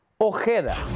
Ojeda